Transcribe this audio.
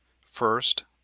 First